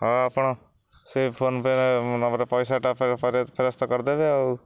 ହଁ ଆପଣ ସେଇ ଫୋନପେ ନମ୍ବରରେ ପଇସାଟା ଫେରସ୍ତ କରିଦେବେ ଆଉ